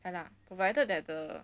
ya lah provided that the